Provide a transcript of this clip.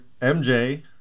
MJ